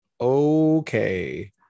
okay